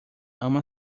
ama